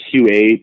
Q8